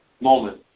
moment